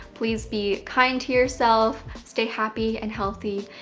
please be kind to yourself, stay happy and healthy,